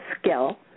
skill